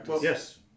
yes